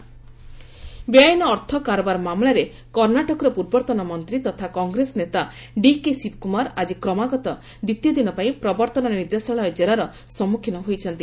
ED Shivakumar ବେଆଇନ ଅର୍ଥ କାରବାର ମାମଲାରେ କର୍ଷ୍ଣାଟକର ପୂର୍ବତନ ମନ୍ତ୍ରୀ ତଥା କଂଗ୍ରେସ ନେତା ଡିକେ ଶିବକୁମାର ଆଜି କ୍ରମାଗତ ଦ୍ୱିତୀୟ ଦିନପାଇଁ ପ୍ରବର୍ତ୍ତନ ନିର୍ଦ୍ଦେଶାଳୟ ଜେରାର ସମ୍ମୁଖୀନ ହୋଇଛନ୍ତି